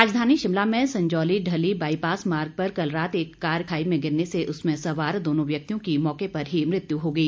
राजधानी शिमला के संजौली ढली बाईपास पर कल रात एक कार के खाई में गिरने से उसमें सवार दोनों व्यक्तियों की मौके पर ही मृत्यु हो गई